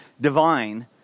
divine